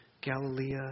Galilee